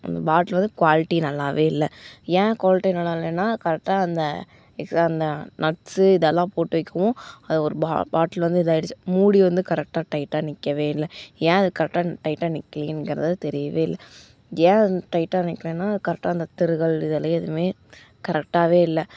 அந்த பாட்லு வந்து குவாலிட்டி நல்லாவே இல்லை ஏன் குவாலிட்டி நல்லாயில்லைன்னா கரெக்ட்டா அந்த அந்த நட்ஸு இதெல்லாம் போட்டு வைக்கவும் ஒரு பாட்லு வந்து இதாக ஆகிடுச்சி மூடி வந்து கரெக்ட்டா டைட்டாக நிற்கவே இல்லை ஏன் அது கரெக்ட்டா டைட்டாக நிக்கிலைங்கறது தெரியவே இல்லை ஏன் வந்து டைட்டாக நிற்கலைன்னா அது கரக்ட்டா அந்த திருகல் இதெல்லாம் எதுவுமே கரக்ட்டாவே இல்லை